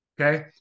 Okay